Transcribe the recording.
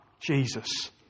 Jesus